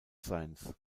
science